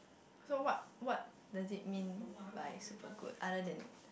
so what what does it mean by super good other than